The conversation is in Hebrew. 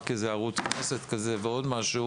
רק איזה ערוץ כנסת כזה ועוד משהו